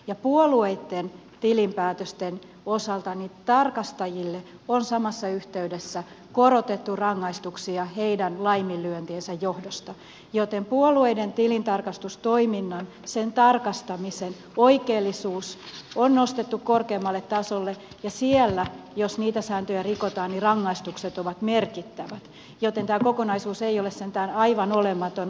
ja puolueitten tilinpäätösten osalta tarkastajille on samassa yhteydessä korotettu rangaistuksia heidän laiminlyöntiensä johdosta joten puolueiden tilintarkastustoiminnan sen tarkastamisen oikeellisuus on nostettu korkeammalle tasolle ja jos siellä niitä sääntöjä rikotaan rangaistukset ovat merkittävät joten tämä kokonaisuus ei ole sentään aivan olematon